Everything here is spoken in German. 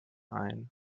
ein